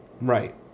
right